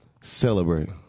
celebrate